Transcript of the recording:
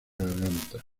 garganta